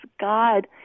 God